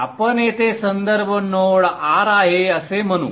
आपण येथे संदर्भ नोड R आहे असे म्हणू